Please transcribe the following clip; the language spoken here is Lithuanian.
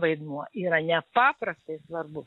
vaidmuo yra nepaprastai svarbus